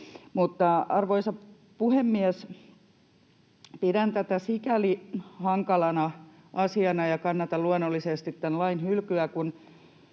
Arvoisa puhemies! Pidän tätä sikäli hankalana asiana ja kannatan luonnollisesti tämän lain hylkyä,